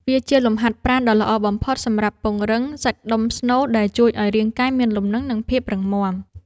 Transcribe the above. វាជាលំហាត់ប្រាណដ៏ល្អបំផុតសម្រាប់ពង្រឹងសាច់ដុំស្នូល ដែលជួយឱ្យរាងកាយមានលំនឹង និងភាពរឹងមាំ។